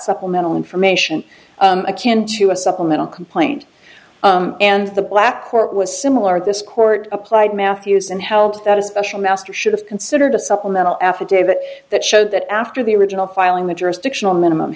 supplemental information akin to a supplemental complaint and the black court was similar to this court applied mathewson help that a special master should have considered a supplemental affidavit that showed that after the original filing the jurisdictional minimum